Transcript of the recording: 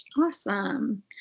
Awesome